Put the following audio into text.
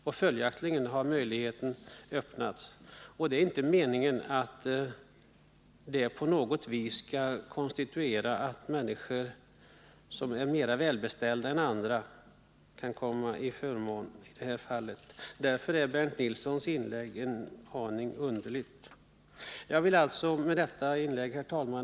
Meningen med det är ingalunda att på något sätt konstituera en sådan ordning att mer välsituerade skall få större förmåner än andra. Därför är Bernt Nilssons inlägg något underligt.